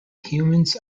humans